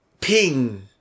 ping